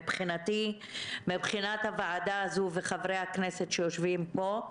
מבחינת הוועדה הזאת וחברי הכנסת שיושבים פה,